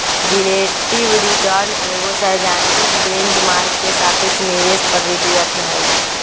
relative return एगो सैद्धांतिक benchmark के सापेक्ष निवेश पर रिटर्न हइ